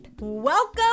Welcome